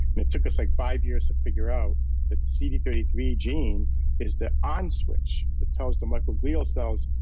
it took us like five years to figure out that the c d three three gene is the on switch that tells the microglial cells,